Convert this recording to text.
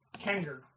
Kenger